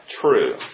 true